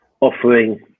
offering